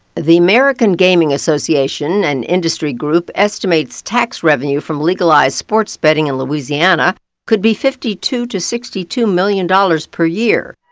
the american gaming association and industry group estimates tax revenue from legalized sports betting in louisiana could be fifty two to sixty two million dollars per year.